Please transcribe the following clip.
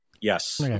Yes